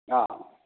ஆ